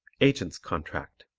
agent's contract